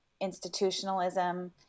institutionalism